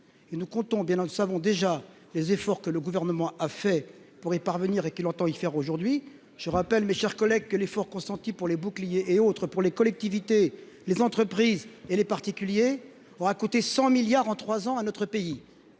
deçà vont déjà les efforts que le gouvernement a fait pour y parvenir et qu'il entend y faire aujourd'hui je rappelle mes chers collègues, que l'effort consenti pour les boucliers et autres pour les collectivités, les entreprises et les particuliers aura coûté 100 milliards en 3 ans à notre pays